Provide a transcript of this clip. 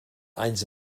anys